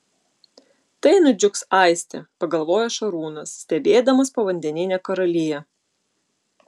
tai nudžiugs aistė pagalvojo šarūnas stebėdamas povandeninę karaliją